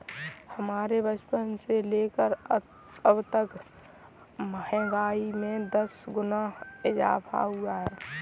हमारे बचपन से लेकर अबतक महंगाई में दस गुना इजाफा हुआ है